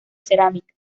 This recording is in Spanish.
cerámica